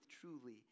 truly